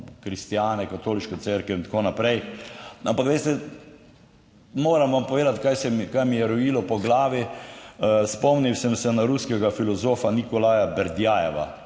kristjane, katoliško cerkev in tako naprej. Ampak, veste, moram vam povedati, kaj se mi je rojilo po glavi. Spomnil sem se na ruskega filozofa Nikolaja Berdjajeva